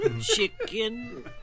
chicken